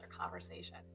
conversation